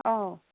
অঁ